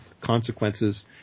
consequences